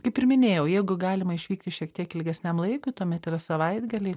kaip ir minėjau jeigu galima išvykti šiek tiek ilgesniam laikui tuomet yra savaitgaliai